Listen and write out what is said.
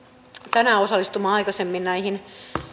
tänään osallistumaan aikaisemmin näihin